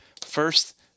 First